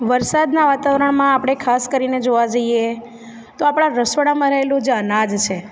વરસાદના વાતાવરણમાં આપણે ખાસ કરીને જોવા જઈએ તો આપણા રસોડામાં રહેલું જે અનાજ છે